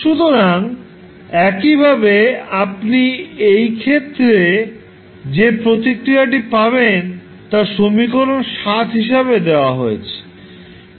সুতরাং একইভাবে আপনি এই ক্ষেত্রে যে প্রতিক্রিয়াটি পাবেন তা সমীকরণ হিসাবে দেওয়া হয়েছে